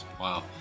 Wow